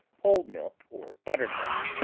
whole milk or buttermilk,